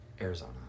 Arizona